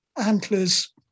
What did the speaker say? antlers